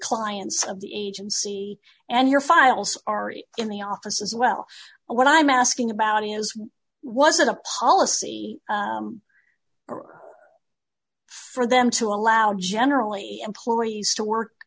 clients of the agency and your files are in the office as well what i'm asking about is was it a policy or for them to allow generally employees to work